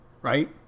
right